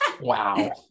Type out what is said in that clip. wow